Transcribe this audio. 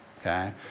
Okay